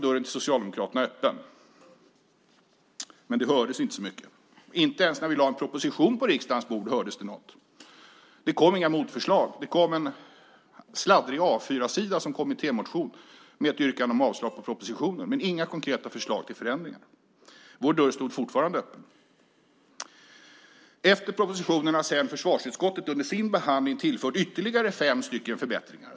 Dörren till Socialdemokraterna stod fortfarande öppen, men det hördes inte så mycket. Inte ens när vi lade en proposition på riksdagens bord hördes det något. Det kom inga motförslag. Det kom en sladdrig A 4-sida som kommittémotion med ett yrkande om avslag på propositionen men inga konkreta förslag till förändringar. Vår dörr stod fortfarande öppen. Efter propositionen har sedan försvarsutskottet under sin behandling tillfört ytterligare fem förbättringar.